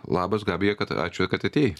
labas gabija kad ačiū kad atėjai